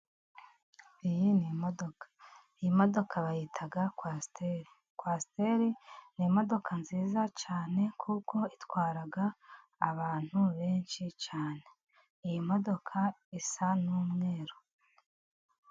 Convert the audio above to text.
Iyi ni imodoka, iyi modoka bayita kwasiteri, kwasiteri ni imodoka nziza cyane kuko itwara abantu benshi cyane. Iyi modoka isa n'umweru.